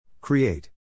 Create